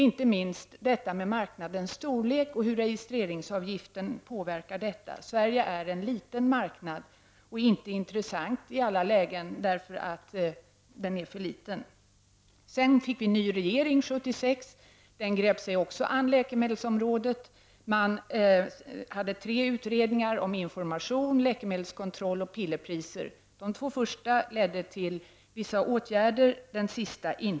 Inte minst behöver man ha kunskap om marknadens storlek och hur registreringsavgiften påverkar marknaden. Sverige är en liten marknad, som inte är intressant i alla lägen, därför att den är för liten. 1976 fick vi en ny regering. Den grep sig också an läkemedelsområdet. Tre utredningar gjordes om information, läkemedelskontroll och pillerpriser. De två första ledde till vissa åtgärder. Den sista gjorde det inte.